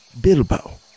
Bilbo